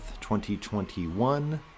2021